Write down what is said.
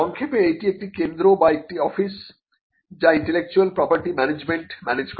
সংক্ষেপে এটি একটি কেন্দ্র বা একটি অফিস যা ইন্টেলেকচুয়াল প্রপার্টি ম্যানেজমেন্ট ম্যানেজ করে